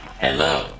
Hello